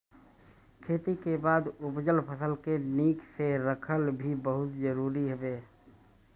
खेती के बाद उपजल फसल के निक से रखल भी बहुते जरुरी हवे